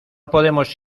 podemos